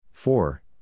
Four